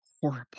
horrible